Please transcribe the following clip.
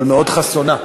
אבל מאוד חסונה,